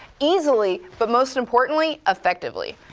easily, but most importantly, effectively.